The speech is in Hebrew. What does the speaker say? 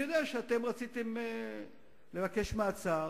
אני יודע שאתם רציתם לבקש מעצר